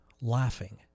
laughing